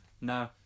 no